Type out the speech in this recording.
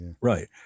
right